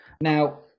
Now